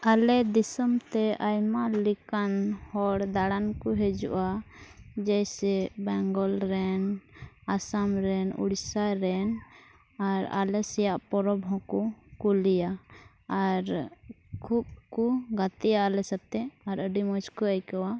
ᱟᱞᱮ ᱫᱤᱥᱚᱛᱮ ᱟᱭᱢᱟ ᱞᱮᱠᱟᱱ ᱦᱚᱲ ᱫᱟᱬᱟᱱ ᱠᱚ ᱦᱤᱡᱩᱜᱼᱟ ᱡᱮᱥᱮ ᱵᱮᱝᱜᱚᱞ ᱨᱮᱱ ᱟᱥᱟᱢ ᱨᱮᱱ ᱳᱰᱤᱥᱟ ᱨᱮᱱ ᱟᱨ ᱟᱞᱮ ᱥᱮᱭᱟᱜ ᱯᱚᱨᱚᱵᱽ ᱦᱚᱸᱠᱚ ᱠᱩᱞᱤᱭᱟ ᱟᱨ ᱠᱷᱩᱵᱽ ᱠᱚ ᱜᱟᱛᱮᱜᱼᱟ ᱟᱞᱮ ᱥᱟᱛᱮ ᱟᱨ ᱟᱹᱰᱤ ᱢᱚᱡᱽ ᱠᱚ ᱟᱹᱭᱠᱟᱹᱣᱟ